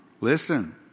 Listen